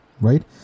right